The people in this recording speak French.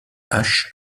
hache